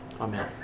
Amen